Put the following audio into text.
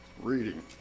reading